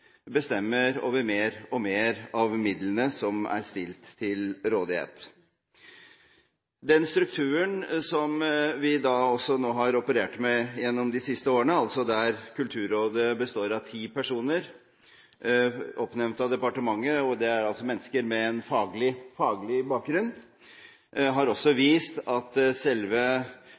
bestemmer over mer og mer av midlene som er stilt til rådighet. Den strukturen som vi har operert med gjennom de siste årene, at Kulturrådet består av ti personer oppnevnt av departementet – mennesker med faglig bakgrunn – har også gjort at selve